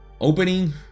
opening